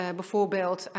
bijvoorbeeld